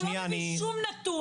אתה לא מביא שום נתון.